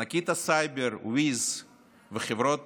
ענקית הסייבר WIZ וחברות